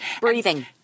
breathing